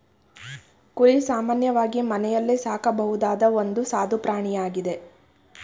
ಕುರಿ ಸಾಮಾನ್ಯವಾಗಿ ಮನೆಯಲ್ಲೇ ಸಾಕಬಹುದಾದ ಒಂದು ಸಾದು ಪ್ರಾಣಿಯಾಗಿದೆ